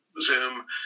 Zoom